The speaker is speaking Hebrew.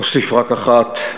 אוסיף רק אחת: